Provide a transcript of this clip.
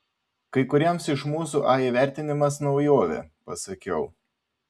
kai kuriems iš mūsų a įvertinimas naujovė pasakiau